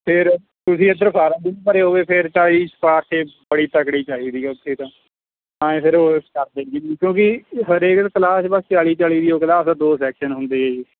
ਫਿਰ ਤੁਸੀਂ ਇੱਧਰ ਫਾਰਮ ਵੀ ਨਹੀਂ ਭਰੇ ਹੋਵੇ ਫਿਰ ਤਾਂ ਜੀ ਸ਼ਿਫਾਰਿਸ਼ ਵੀ ਬੜੀ ਤਕੜੀ ਚਾਹੀਦੀ ਉੱਥੇ ਤਾਂ ਆਏਂ ਫਿਰ ਉਹ ਕੁਛ ਕਰਦੇ ਵੀ ਨਹੀਂ ਕਿਉਂਕਿ ਹਰੇਕ ਕਲਾਸ ਬਸ ਚਾਲੀ ਚਾਲੀ ਦੀ ਓ ਕਲਾਸ ਆ ਦੋ ਸੈਕਸ਼ਨ ਹੁੰਦੇ ਆ ਜੀ